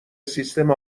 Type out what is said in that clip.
سیستم